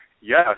Yes